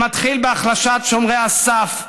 שמתחיל בהחלשת שומרי הסף,